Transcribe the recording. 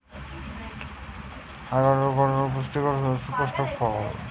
avocado হতিছে গটে ধরণের পুস্টিকর আর সুপুস্পক ফল